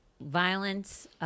violence